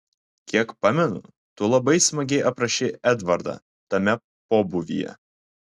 kiek pamenu tu labai smagiai aprašei edvardą tame pobūvyje